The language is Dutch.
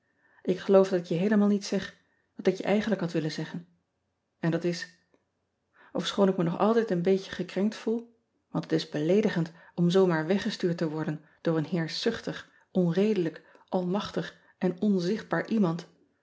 k geloof dat ik je heelemaal niet zeg wat ik je eigenlijk had willen zeggen en dat is fschoon ik me nog altijd een beetje gekrepkt voel want het is beleedigend om zoo maar weggestuurd te worden door een heerschzuchtig onredelijk almachtig en onzichtbaar emand